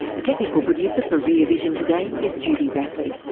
the technical producer for rear vision today is judy rapley.